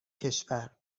کشور